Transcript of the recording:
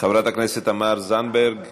חברת הכנסת תמר זנדברג